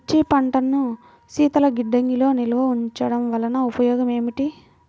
మిర్చి పంటను శీతల గిడ్డంగిలో నిల్వ ఉంచటం వలన ఉపయోగం ఏమిటి?